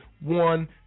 One